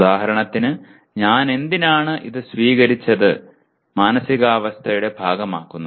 ഉദാഹരണത്തിന് ഞാനെന്തിനാണ് ഇത് സ്വീകരിച്ച് മാനസികാവസ്ഥയുടെ ഭാഗമാക്കുന്നത്